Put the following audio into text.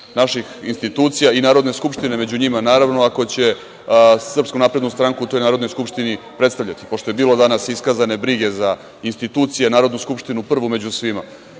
naših institucija i Narodne skupštine među njima, naravno ako će SNS u toj Narodnoj skupštini predstavljati, pošto je bilo danas iskazane brige za institucije, Narodnu skupštinu prvu među